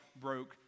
broke